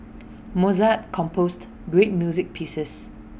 Mozart composed great music pieces